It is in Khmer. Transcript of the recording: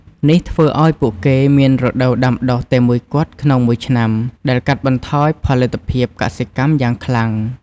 នេះធ្វើឱ្យពួកគេមានរដូវដាំដុះតែមួយគត់ក្នុងមួយឆ្នាំ ដែលកាត់បន្ថយផលិតភាពកសិកម្មយ៉ាងខ្លាំង។